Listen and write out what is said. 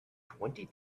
twenty